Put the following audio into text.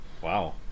Wow